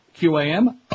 QAM